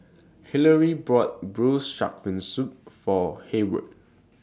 Hillary bought Braised Shark Fin Soup For Hayward